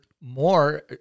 more